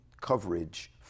coverage